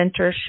mentorship